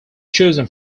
chosen